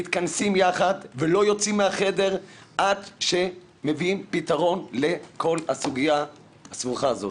מתכנסים יחד ולא יוצאים מהחדר עד שמביאים פתרון לכל הסוגיה הסבוכה הזאת.